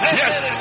yes